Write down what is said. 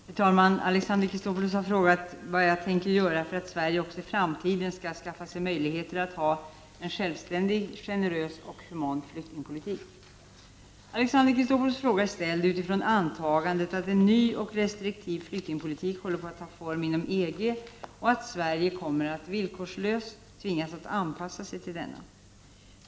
Fru talman! Alexander Chrisopoulos har frågat vad jag tänker göra för att Sverige också i framtiden skall skaffa sig möjligheter att ha en självständig, generös och human flyktingpolitik. Alexander Chrisopoulos fråga är ställd utifrån antagandet att en ny och restriktiv flyktingpolitik håller på att ta form inom EG och att Sverige kommer att villkorslöst tvingas anpassa sig till denna.